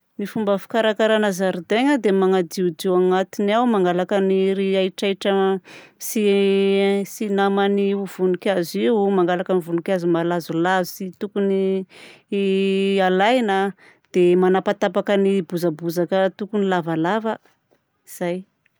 Ny fomba fikarakarana zaridaina dia: manadiodio agnatiny ao mangalaka ny ry ahitrahitra tsy tsy naman'ny voninkazo io, mangalaka ny voninkazo malazolazo sy tokony i alaina, dia manapatapaka ny bozabozaka tokony lavalava. Zay!